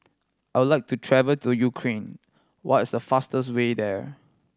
I would like to travel to Ukraine what is the fastest way there